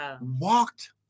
walked